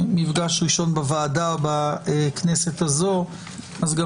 מפגש ראשון בוועדה ובכנסת הזאת אז גם